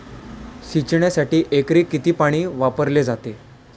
सिंचनासाठी एकरी किती पाणी वापरले जाते?